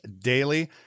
Daily